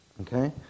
okay